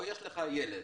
פה יש לך ילד